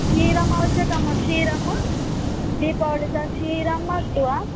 क्षीरम् अवश्यकं वा क्षीरमु दीपावळित क्षीरं मास्तु वा